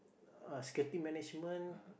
uh security management